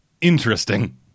interesting